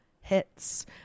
hits